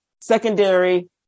secondary